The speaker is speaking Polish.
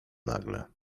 nagle